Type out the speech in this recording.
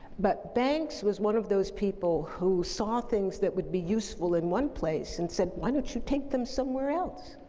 but banks was one of those people who saw things that would be useful in one place and said, why don't you take them somewhere else?